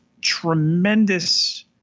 tremendous